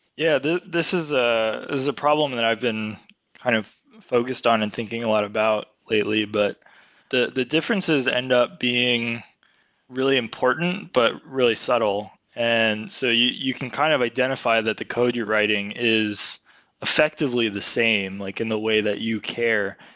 yeah, this is ah is a problem that i've been kind of focused on and thinking a lot about lately, but the the differences end up being really important but really subtle. and so you you can kind of identify that the code you're writing is effectively the same, like in the way that you care,